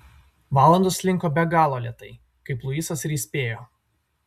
valandos slinko be galo lėtai kaip luisas ir įspėjo